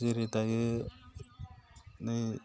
जेरै दायो नै